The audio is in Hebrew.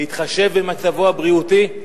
להתחשב במצבו הבריאותי,